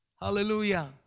Hallelujah